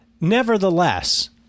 nevertheless